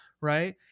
right